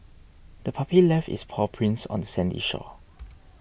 the puppy left its paw prints on the sandy shore